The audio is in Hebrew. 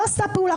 לא עשה פעולה.